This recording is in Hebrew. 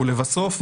ולבסוף,